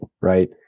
right